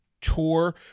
Tour